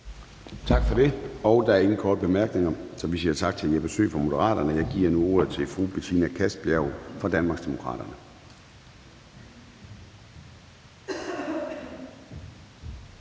Gade): Der er ingen korte bemærkninger, så vi siger tak til hr. Jeppe Søe fra Moderaterne. Jeg giver nu ordet til fru Betina Kastbjerg fra Danmarksdemokraterne.